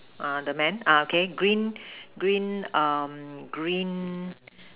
uh the man uh okay green green um green